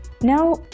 Now